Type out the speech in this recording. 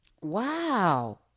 Wow